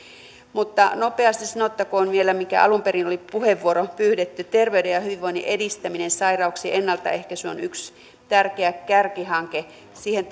mutta nopeasti sanottakoon vielä mihinkä alun perin oli puheenvuoro pyydetty terveyden ja hyvinvoinnin edistäminen sairauksien ennaltaehkäisy on yksi tärkeä kärkihanke siihen